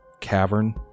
cavern